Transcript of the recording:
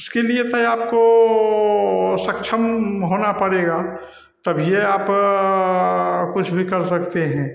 इसके लिये तो आपको सक्षम होना पड़ेगा तभी ये आप कुछ भी कर सकते हैं